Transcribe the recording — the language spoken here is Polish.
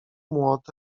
młot